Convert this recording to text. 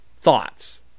thoughts